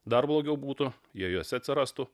dar blogiau būtų jei juose atsirastų